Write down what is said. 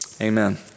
Amen